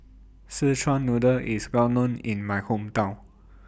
Szechuan Noodle IS Well known in My Hometown